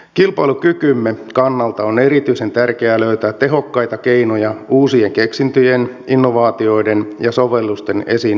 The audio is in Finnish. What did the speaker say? kilpailukykymme kannalta on erityisen tärkeää löytää tehokkaita keinoja uusien keksintöjen innovaatioiden ja sovellusten esiin nostamiseksi